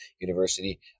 University